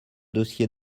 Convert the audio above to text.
dossier